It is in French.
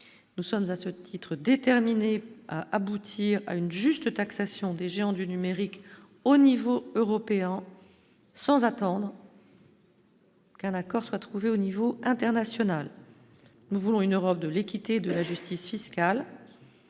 nous sommes à ce titre, déterminé à aboutir à une juste taxation des géants du numérique au niveau européen sans attendre. Qu'un accord soit trouvé au niveau international, nous voulons une Europe de l'équité de la justice fiscale,